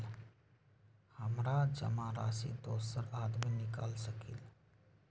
हमरा जमा राशि दोसर आदमी निकाल सकील?